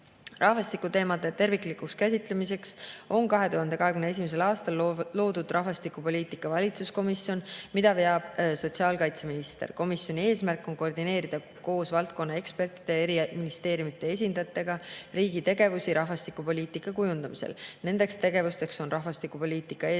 Rahvastikuteemade terviklikuks käsitlemiseks on 2021. aastal loodud rahvastikupoliitika valitsuskomisjon, mida veab sotsiaalkaitseminister. Komisjoni eesmärk on koordineerida koos valdkonna ekspertidega, eri ministeeriumide esindajatega riigi tegevusi rahvastikupoliitika kujundamisel. Need tegevused on rahvastikupoliitika eesmärkide